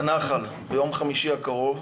לנח"ל ביום חמישי הקרוב.